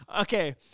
Okay